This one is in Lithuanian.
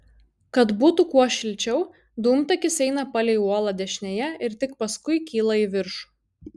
kad būtų kuo šilčiau dūmtakis eina palei uolą dešinėje ir tik paskui kyla į viršų